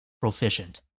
proficient